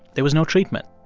there was no treatment.